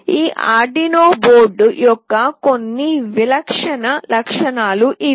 ఈ Arduino board యొక్క కొన్ని విలక్షణ లక్షణాలు ఇవి